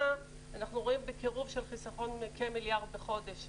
ואנחנו רואים חיסכון של כמיליארד בחודש,